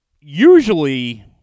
usually